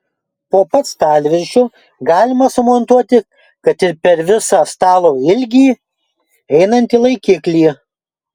po pat stalviršiu galima sumontuoti kad ir per visą stalo ilgį einantį laikiklį